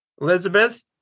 Elizabeth